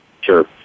Sure